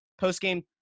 postgame